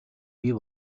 бий